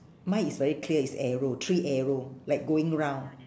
mine is very clear it's arrow three arrow like going round